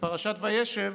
בפרשת וישב,